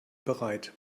bereit